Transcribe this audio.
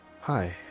Hi